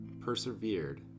persevered